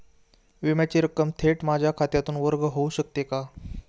विम्याची रक्कम थेट माझ्या खात्यातून वर्ग होऊ शकते का?